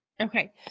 Okay